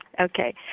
okay